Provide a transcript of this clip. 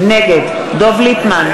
נגד דב ליפמן,